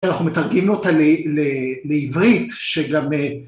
אנחנו מתרגמים אותה לעברית שגם